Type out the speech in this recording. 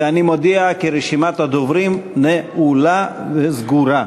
ואני מודיע כי רשימת הדוברים נעולה וסגורה.